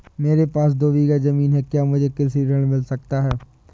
मेरे पास दो बीघा ज़मीन है क्या मुझे कृषि ऋण मिल सकता है?